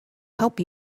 help